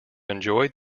enjoyed